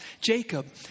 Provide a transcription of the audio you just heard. Jacob